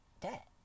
debt